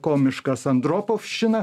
komiškas andropovščina